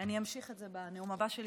אני אמשיך את זה בנאום הבא שלי.